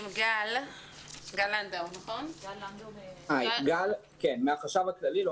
גל לנדאו מן החשב הכללי.